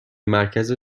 مرکز